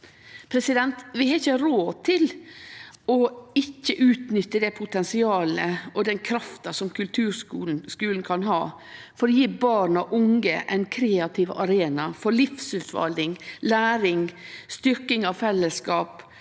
Vi har ikkje råd til ikkje å utnytte det potensialet og den krafta som kulturskulen kan ha for å gje barn og unge ein kreativ arena for livsutfalding, læring, styrking av fellesskap